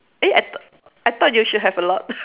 eh I th~ I thought you should have a lot